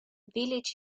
village